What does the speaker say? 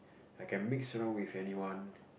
I can mix around with anyone